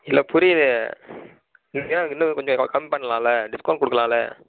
இல்லை புரியுது இன்னும் கொஞ்சம் க கம் பண்ணலால்ல டிஸ்கவுண்ட் கொடுக்கலால்ல